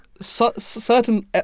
certain